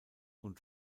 und